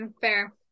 fair